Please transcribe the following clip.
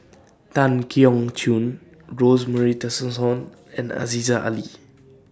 Tan Keong Choon Rosemary Tessensohn and Aziza Ali